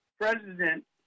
president